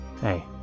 Hey